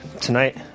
tonight